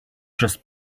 just